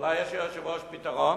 אולי יש ליושב-ראש פתרון?